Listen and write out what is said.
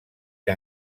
que